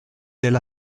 del